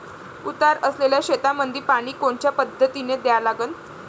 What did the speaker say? उतार असलेल्या शेतामंदी पानी कोनच्या पद्धतीने द्या लागन?